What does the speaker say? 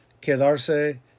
quedarse